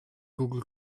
google